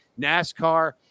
NASCAR